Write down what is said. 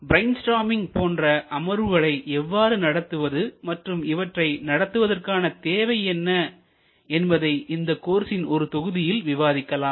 brain storming போன்ற அமர்வுகளை எவ்வாறு நடத்துவது மற்றும் இவற்றை நடத்துவதற்கான தேவை என்ன என்பதை இந்த கோர்ஸ்ஸின் ஒரு தொகுதியில் விவாதிக்கலாம்